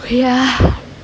ya